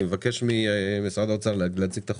אני מבקש ממשרד האוצר להציג את החוק.